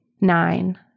Nine